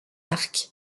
arcs